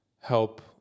help